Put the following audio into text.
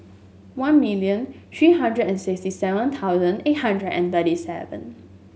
one million three hundred and sixty seven thousand eight hundred and thirty seven